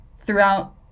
throughout